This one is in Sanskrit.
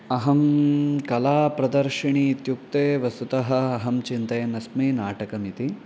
अहं कला प्रदर्शिनी इत्युक्ते वस्तुतः अहं चिन्तयन् अस्मि नाटकमिति